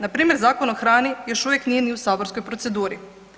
Npr. Zakon o hrani još uvijek nije ni u saborskoj proceduri.